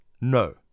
no